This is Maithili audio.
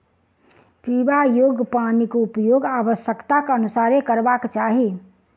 पीबा योग्य पानिक उपयोग आवश्यकताक अनुसारेँ करबाक चाही